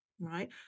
right